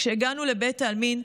כשהגענו לבית העלמין,